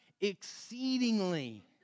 exceedingly